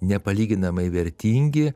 nepalyginamai vertingi